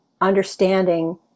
understanding